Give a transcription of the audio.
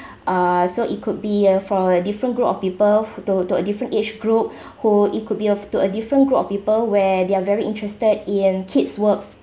uh so it could be a for a different group of people for to a to a different age group who it could be a to a different group of people where they are very interested in kids works